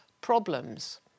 problems